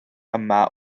yma